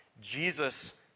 Jesus